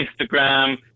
Instagram